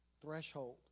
threshold